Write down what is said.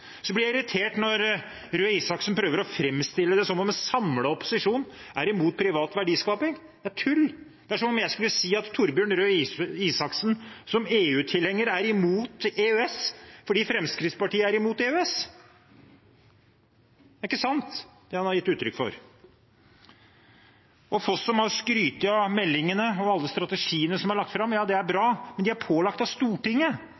Så blir jeg irritert når Røe Isaksen prøver å framstille det som om en samlet opposisjon er imot privat verdiskaping. Det er tull. Det er som om jeg skulle si at Torbjørn Røe Isaksen som EU-tilhenger er imot EØS fordi Fremskrittspartiet er imot EØS. Det er ikke sant, det han har gitt uttrykk for. Representanten Foss har skrytt av meldingene og alle strategiene som er lagt fram. Det er bra, men de er pålagt av Stortinget.